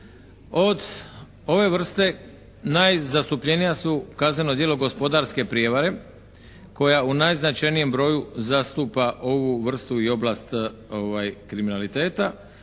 Od ove vrste najzastupljenija su kaznena djela gospodarske prevare koja u najznačajnijem broju zastupa ovu vrstu i oblast kriminaliteta.